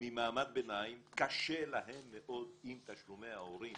ממעמד ביניים, קשה להם מאוד עם תשלומי ההורים.